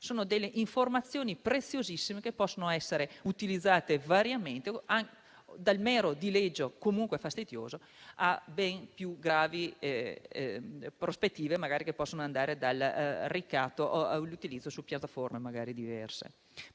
sono informazioni preziosissime che possono essere utilizzate variamente, dal mero dileggio, comunque fastidioso, a ben più gravi prospettive, dal ricatto all'utilizzo su piattaforme diverse